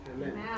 Amen